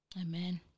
Amen